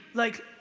like,